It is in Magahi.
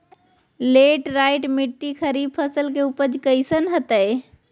लेटराइट मिट्टी खरीफ फसल के उपज कईसन हतय?